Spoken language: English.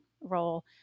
role